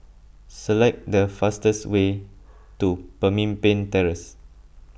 select the fastest way to Pemimpin Terrace